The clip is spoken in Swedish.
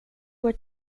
vår